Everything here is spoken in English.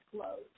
closed